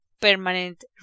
permanent